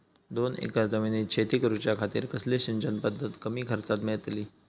दोन एकर जमिनीत शेती करूच्या खातीर कसली सिंचन पध्दत कमी खर्चात मेलतली?